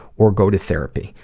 or go to therapy.